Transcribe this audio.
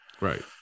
right